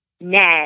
net